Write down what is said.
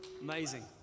Amazing